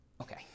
Okay